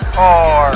four